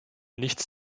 nichts